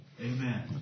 Amen